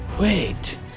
Wait